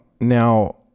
now